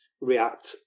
react